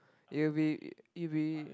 it will be it'll be